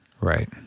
Right